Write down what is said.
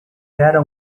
era